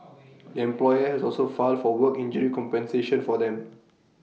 the employer has also filed for work injury compensation for them